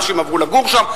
אנשים עברו לגור שם,